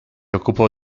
occupò